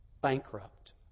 bankrupt